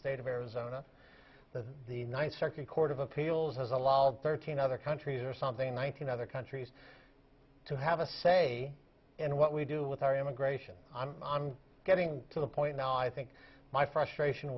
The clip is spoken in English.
state of arizona that the ninth circuit court of appeals has allowed thirteen other countries or something one thousand other countries to have a say in what we do with our immigration i'm getting to the point now i think my frustration